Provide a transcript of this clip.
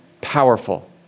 powerful